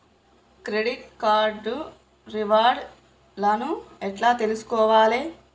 Credit card reward లను ఎట్ల తెలుసుకోవాలే?